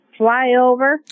Flyover